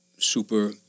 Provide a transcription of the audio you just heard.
super